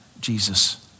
Jesus